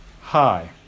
Hi